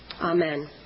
Amen